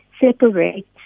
separate